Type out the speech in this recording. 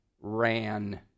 ran